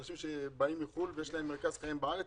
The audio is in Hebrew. אנשים באים מחו"ל ויש להם מרכז חיים בארץ,